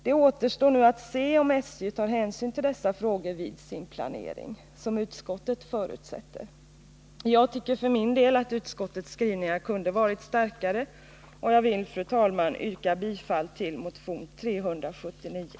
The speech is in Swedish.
Det återstår nu att se om SJ, som utskottet förutsätter, tar hänsyn till dessa frågor vid sin planering. Jag tycker för min del att utskottets skrivningar kunde ha varit starkare, och jag vill, fru talman, yrka bifall till motion 379.